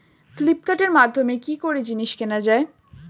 ফ্লিপকার্টের মাধ্যমে কি করে জিনিস কেনা যায়?